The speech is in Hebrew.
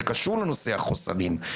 זה קשור לנושא החוסרים.